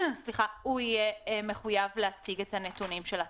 הוא יהיה מחויב להציג את הנתונים של הטכוגרף.